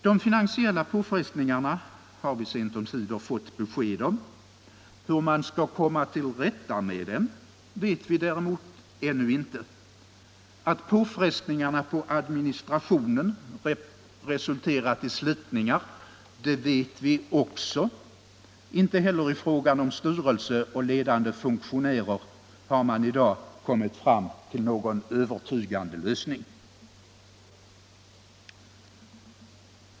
De finansiella påfrestningarna har vi sent omsider fått besked om. Hur man skall komma till rätta. med dem har vi däremot inte fått veta. Att påfrestningarna på administrationen har resulterat i slitningar vet vi också. Inte heller i fråga om styrelse och ledande funktionärer har man i dag kommit fram till någon övertygande lösning.